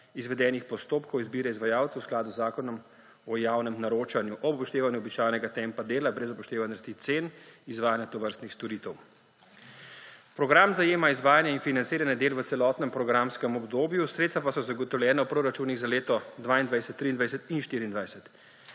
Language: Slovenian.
izvedenih postopkov izbire izvajalcev v skladu z Zakonom o javnem naročanju, ob upoštevanju običajnega tempa dela, brez upoštevanja rasti cen izvajanja tovrstnih storitev. Program zajema izvajanje in financiranje del v celotnem programskem obdobju, sredstva pa so zagotovljena v proračunih za leta 2022, 2023 in 2024.